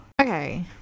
Okay